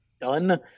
done